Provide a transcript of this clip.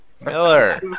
Miller